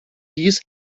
dies